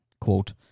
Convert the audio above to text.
quote